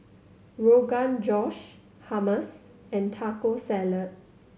Rogan Josh Hummus and Taco Salad